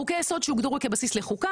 חוקי יסוד שהוגדרו כבסיס לחוקה,